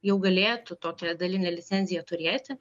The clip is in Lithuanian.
jau galėtų tokią dalinę licenciją turėti